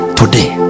today